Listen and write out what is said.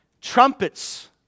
trumpets